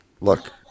Look